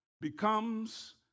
becomes